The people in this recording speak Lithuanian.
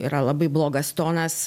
yra labai blogas tonas